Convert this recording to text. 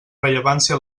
rellevància